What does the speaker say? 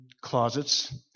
closets